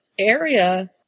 area